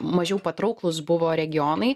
mažiau patrauklūs buvo regionai